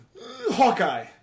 Hawkeye